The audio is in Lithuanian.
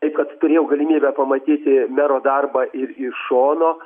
taip kad turėjau galimybę pamatyti mero darbą ir iš šono